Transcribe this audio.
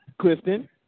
Clifton